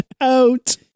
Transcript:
out